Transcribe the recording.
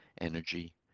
energy